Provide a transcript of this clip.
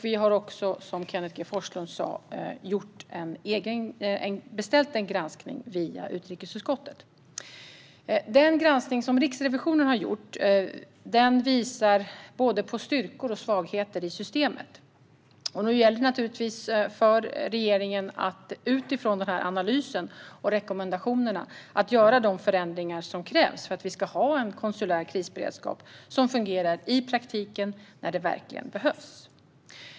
Vi har också, som Kenneth G Forslund sa, beställt en granskning via utrikesutskottet. Den granskning som Riksrevisionen har gjort visar på både styrkor och svagheter i systemet. Nu gäller det för regeringen att utifrån den analysen och rekommendationerna göra de förändringar som krävs för att vi ska ha en konsulär krisberedskap som fungerar i praktiken när det verkligen behövs.